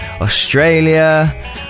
Australia